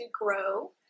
grow